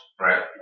right